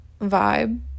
vibe